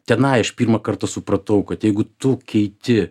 tenai aš pirmą kartą supratau kad jeigu tu keiti